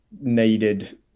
needed